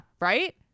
Right